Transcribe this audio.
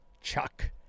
Chuck